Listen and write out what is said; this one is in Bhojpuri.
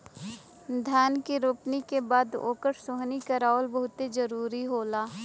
धान के रोपनी के बाद ओकर सोहनी करावल बहुते जरुरी होला